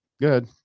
good